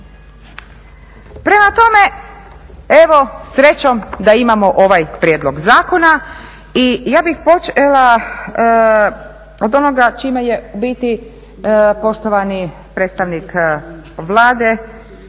Prema tome, evo srećom da imamo ovaj prijedlog zakona. I ja bih počela od onoga čime je u biti poštovani predstavnik Vlade